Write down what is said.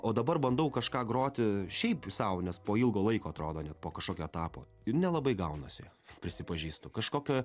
o dabar bandau kažką groti šiaip sau nes po ilgo laiko atrodo net po kažkokio etapo ir nelabai gaunasi prisipažįstu kažkokio